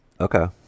Okay